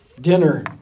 dinner